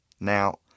Now